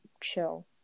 chill